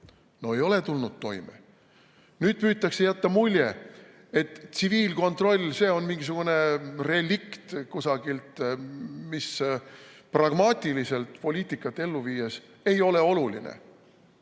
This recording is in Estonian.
No ei ole tulnud toime. Nüüd püütakse jätta muljet, et tsiviilkontroll on mingisugune relikt kusagilt, mis pragmaatiliselt poliitikat ellu viies ei ole oluline.